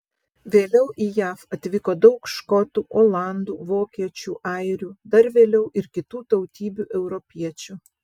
vėliau į jav atvyko daug škotų olandų vokiečių airių dar vėliau ir kitų tautybių europiečių